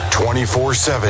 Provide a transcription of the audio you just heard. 24-7